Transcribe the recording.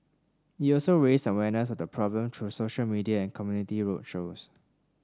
it also raised awareness of the problem through social media and community road shows